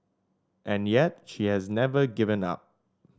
and yet she has never given up